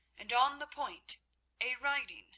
and on the point a writing